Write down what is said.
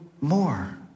more